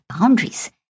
boundaries